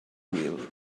wheel